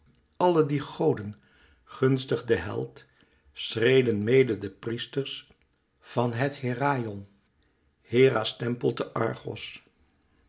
alle die goden gunstig den held schreden mede de priesters van het heraion hera s tempel te argos